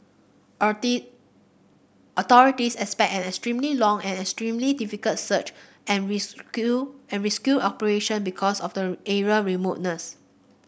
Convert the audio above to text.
authorities expect an extremely long and extremely difficult search and rescue and rescue operation because of the area remoteness